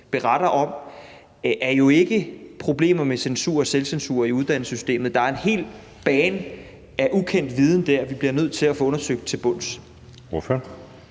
beretter om, jo ikke er problemer med censur og selvcensur i uddannelsessystemet. Der er en helt bane af ukendt viden der, vi bliver nødt til at få undersøgt til bunds. Kl.